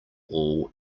all